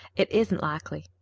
it isn't likely,